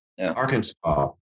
Arkansas